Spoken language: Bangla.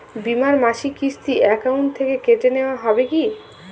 বিমার মাসিক কিস্তি অ্যাকাউন্ট থেকে কেটে নেওয়া হবে কি?